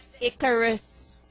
Icarus